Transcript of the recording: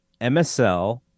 MSL